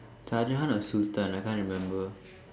sergeant or Sultan I can't remember